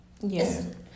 Yes